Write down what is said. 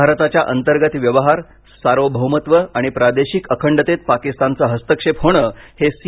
भारताच्या अंतर्गत व्यवहार सार्वभौमत्व आणि प्रादेशिक अखंडतेत पाकिस्तानचा हस्तक्षेप होणं हे सी